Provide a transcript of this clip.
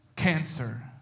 cancer